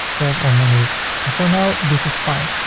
here's our menu and for now this is fine.